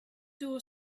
door